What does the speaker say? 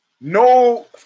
No